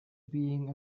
being